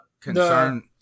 concern